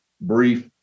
brief